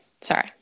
Sorry